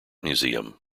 museum